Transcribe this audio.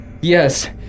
Yes